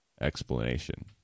explanation